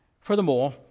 Furthermore